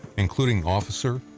including officer,